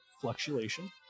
fluctuation